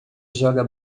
joga